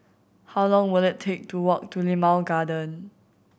how long will it take to walk to Limau Garden